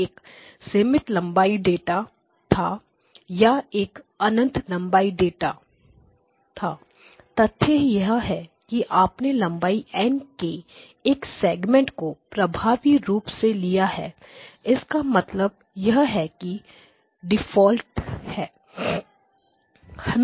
यह एक सीमित लंबाई डेटा था या यह एक अनंत लंबाई डेटा infinite length data था तथ्य यह है कि आपने लंबाई N के एक सेगमेंट को प्रभावी रूप से से लिया है इसका मतलब है कि यह डिफ़ॉल्ट है